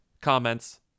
comments